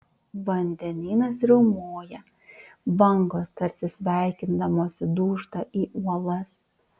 vandenynas riaumoja bangos tarsi sveikindamosi dūžta į uolas